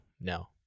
no